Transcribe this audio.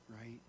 right